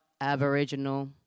Aboriginal